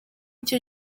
cyo